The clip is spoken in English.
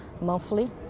monthly